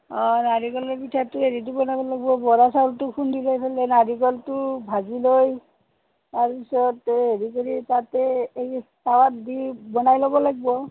অঁ নাৰিকলৰ পিঠাটো হেৰিটো বনাব লাগিব বৰা চাউলটো খুন্দি লৈ পেলাই নাৰিকলটো ভাজি লৈ তাৰপিছতে হেৰি কৰি তাতে এই টাৱাত দি বনাই ল'ব লাগিব